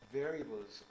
variables